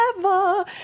forever